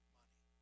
money